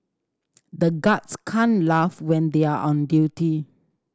the guards can't laugh when they are on duty